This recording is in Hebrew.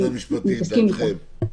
משרד המשפטים, מה עמדתכם?